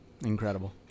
Incredible